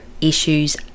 issues